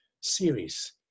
series